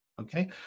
okay